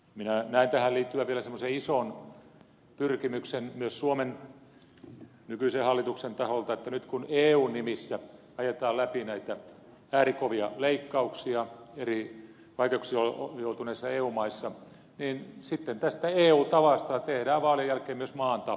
minä näen tähän liittyvän vielä semmoisen ison pyrkimyksen myös suomen nykyisen hallituksen taholta että kun nyt eun nimissä ajetaan läpi näitä äärikovia leikkauksia eri vaikeuksiin joutuneissa eu maissa niin sitten tästä eu tavasta tehdään vaalien jälkeen myös maan tapa